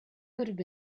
could